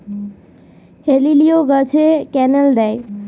হেলিলিও গাছে ক্যানেল দেয়?